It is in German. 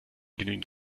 genügend